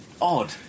odd